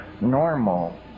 normal